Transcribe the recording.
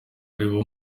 aribo